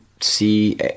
see